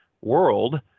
world